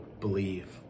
believe